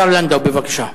השר עוזי לנדאו, בבקשה.